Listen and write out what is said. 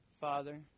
Father